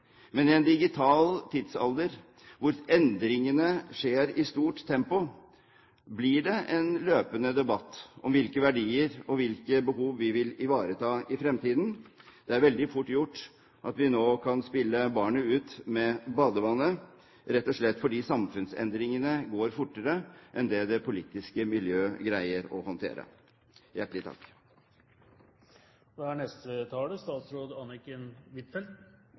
Men i en digital tidsalder da endringene skjer i stort tempo, blir det en løpende debatt om hvilke verdier og hvilke behov vi vil ivareta i fremtiden. Det er veldig fort gjort at vi nå kan helle barnet ut med badevannet, rett og slett fordi samfunnsendringene går fortere enn det politiske miljø greier å håndtere.